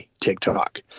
TikTok